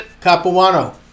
Capuano